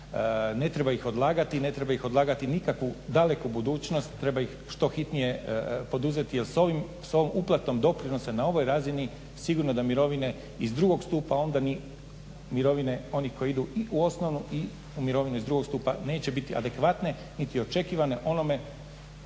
Ne treba ih odlagati i ne treba ih odlagati nikako u daleku budućnost, treba ih što hitnije poduzeti jer s ovom uplatom doprinosa na ovoj razini sigurno da mirovine iz drugog stupa onda ni mirovine onih koji idu i u osnovne i u mirovine iz drugog stupa neće biti adekvatne niti očekivane onome